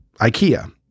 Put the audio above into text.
Ikea